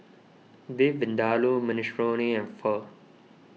Beef Vindaloo Minestrone and Pho